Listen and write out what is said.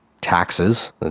taxes